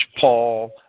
Paul